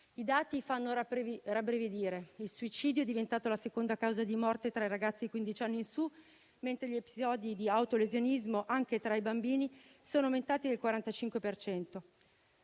I dati fanno rabbrividire: il suicidio è diventato la seconda causa di morte tra i ragazzi dai quindici anni in su, mentre gli episodi di autolesionismo anche tra i bambini sono aumentati del 45